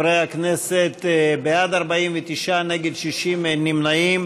חברי הכנסת, בעד 49, נגד, 60, אין נמנעים.